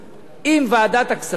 עם ועדת הכספים,